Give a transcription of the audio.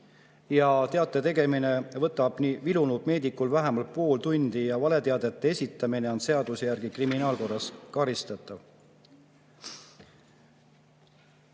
teate tegemine võtab ka vilunud meedikul vähemalt pool tundi ja valeteate esitamine on seaduse järgi kriminaalkorras karistatav. Kuna